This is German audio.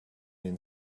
den